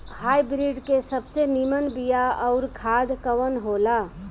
Hybrid के सबसे नीमन बीया अउर खाद कवन हो ला?